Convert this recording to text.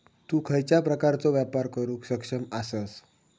तु खयच्या प्रकारचो व्यापार करुक सक्षम आसस?